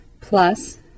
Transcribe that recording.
plus